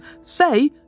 say